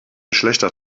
schlechter